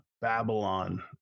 babylon